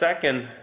second